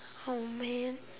oh man